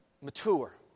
mature